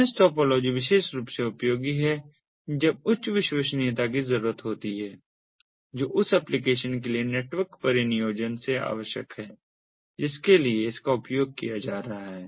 mash topology विशेष रूप से उपयोगी है जब उच्च विश्वसनीयता की जरूरत होती है जो उस एप्लिकेशन के लिए नेटवर्क परिनियोजन से आवश्यक है जिसके लिए इसका उपयोग किया जा रहा है